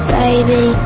baby